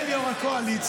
של יו"ר הקואליציה,